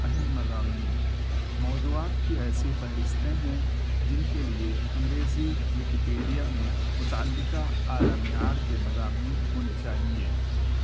اہم مضامین موضوعات کی ایسی فہرستیں ہیں جن کے لیے انگریزی ویکیپیڈیا میں متعلقہ اعلیٰ معیار کے مضامین ہونے چاہیے